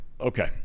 Okay